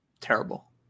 terrible